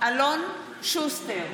אלון שוסטר,